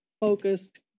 focused